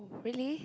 really